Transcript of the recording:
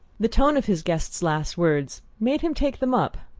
the tone of his guest's last words made him take them up.